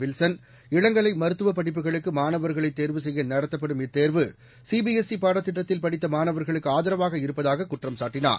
Wilson இளங்கலை மருத்துவப் படிப்புகளுக்கு மாணவர்களை தேர்வு செய்ய நடத்தப்படும் இத்தேர்வு சிபிஎஸ்ஈ பாடத் திட்டத்தில் படித்த மாணவர்களுக்கு ஆதரவாக இருப்பதாக குற்றம் சாட்டினார்